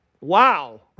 Wow